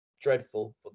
dreadful